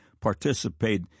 participate